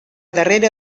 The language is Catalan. darrere